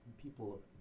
people